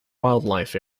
wildlife